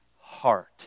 heart